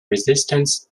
resistance